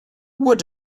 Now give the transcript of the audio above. what